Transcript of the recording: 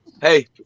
hey